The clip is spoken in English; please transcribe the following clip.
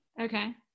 Okay